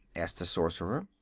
asked the sorcerer.